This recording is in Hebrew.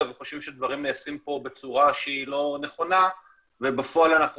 וחושבים שדברים נעשים פה בצורה שהיא לא נכונה ובפועל אנחנו